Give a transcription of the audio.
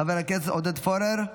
חבר הכנסת עודד פורר,